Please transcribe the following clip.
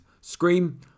Scream